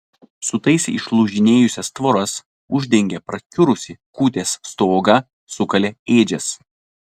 sutaisė išlūžinėjusias tvoras uždengė prakiurusį kūtės stogą sukalė ėdžias